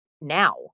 now